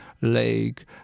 lake